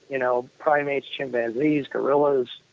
you know, primates, chimpanzees, gorillas,